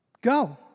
Go